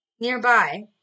nearby